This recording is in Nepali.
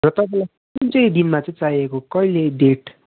र तपाईँलाई कुन चाहिँ दिनमा चाहिँ चाहिएको कहिले डेट